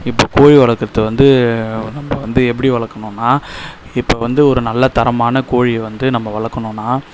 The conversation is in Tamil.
இப்போ கோழி வளர்க்குறது வந்து நம்ப வந்து எப்படி வளர்க்கனுனா இப்போ வந்து ஒரு நல்ல தரமான கோழியை வந்து நம்ப வளர்க்குனுனா